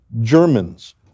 Germans